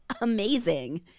amazing